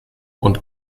und